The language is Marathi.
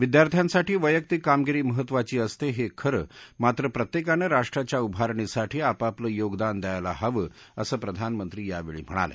विद्यार्थ्यांसाठी वैयक्तिक कामगिरी महत्वाची असते हे खरं मात्र प्रत्येकानं राष्ट्राच्या उभारणीसाठी आपापलं योगदान द्यायला हवं असं प्रधानमंत्री यावेळी म्हणाले